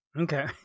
Okay